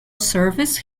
service